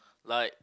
like